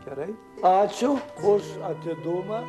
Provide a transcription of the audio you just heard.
gerai ačiū už atidumą